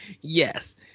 Yes